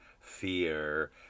fear